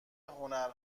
هنر